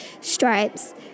stripes